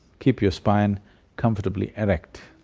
keep your spine comfortably erect.